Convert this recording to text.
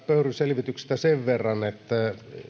pöyryn selvityksestä sen verran että